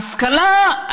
השכלה.